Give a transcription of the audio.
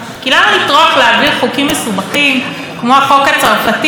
כי למה לטרוח להעביר חוקים מסובכים כמו החוק הצרפתי,